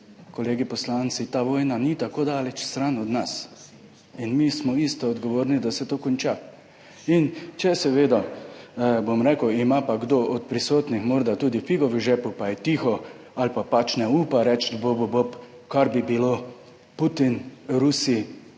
poslanci, ta vojna ni tako daleč stran od nas. In mi smo isto odgovorni, da se to konča. In če seveda, bom rekel, ima pa kdo od prisotnih morda tudi figo v žepu, pa je tiho ali pa pač ne upa reči bobu bob, kar bi bilo Putin, Rusi,